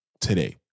today